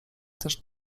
też